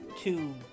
two